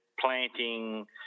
planting